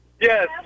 Yes